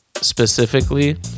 specifically